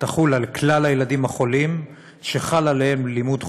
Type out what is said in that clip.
תחול על כלל הילדים החולים שחל עליהם לימוד חובה,